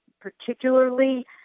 particularly